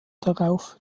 darauf